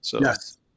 Yes